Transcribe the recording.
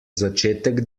začetek